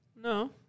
No